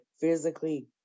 physically